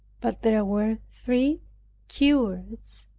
but there were three curates,